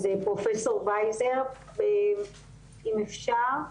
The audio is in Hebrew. אז פרופ' וייזר, אם אפשר.